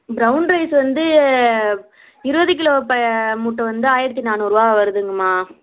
brown rice வந்து இருபது kilo ப மூட்டை வந்து ஆயிரத்து நானூறுரூவா வருதுங்கம்மா